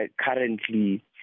currently